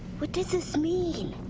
what does this mean?